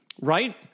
right